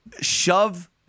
shove